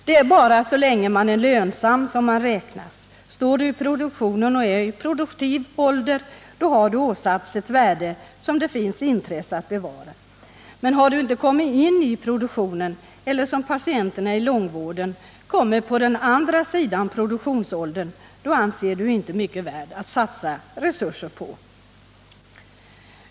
Det är bara så länge man är lönsam som man räknas. Står du i produktionen och är i produktiv ålder, då har du åsatts ett värde som det finns intresse att bevara. Men har du inte kommit in i produktionen eller har du, som patienterna i långvården, kommit på den andra sidan produktionsåldern, då anses du inte mycket värd att satsa resurser på.